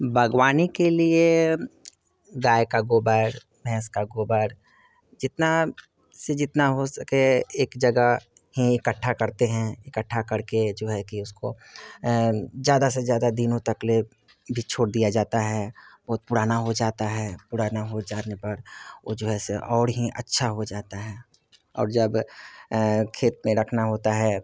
बाग़बानी के लिए गाय का गोबर भैंस का गोबर जितना से जितना हो सके एक जगह ही इकट्ठा करते हैं इकट्ठा करके जो है कि उसको ज़्यादा से ज़्यादा दिनों तक के लिए भी छोड़ दिया जाता है बहुत पुराना हो जाता है पुराना हो जाने पर वह जो है सो और ही अच्छा हो जाता है और जब खेत में रखना होता है